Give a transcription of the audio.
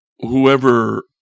whoever